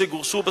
שגורשו,